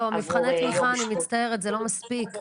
לא, מבחני תמיכה, אני מצטערת, זה לא מספיק.